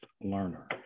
learner